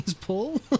Paul